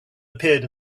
appeared